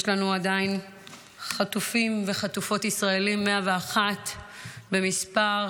עדיין יש לנו חטופים וחטופות ישראלים, 101 במספר.